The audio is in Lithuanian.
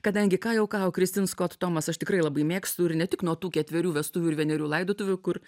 kadangi ką jau ką o kristin skot tomas aš tikrai labai mėgstu ir ne tik nuo tų ketverių vestuvių ir vienerių laidotuvių kur